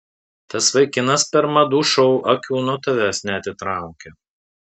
tas vaikinas per madų šou akių nuo tavęs neatitraukė